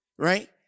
right